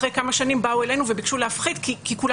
אחרי כמה שנים באו אלינו וביקשו להפחית כי כולם